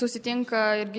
susitinka irgi